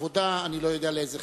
והעבודה, אני לא יודע לאיזה חלק,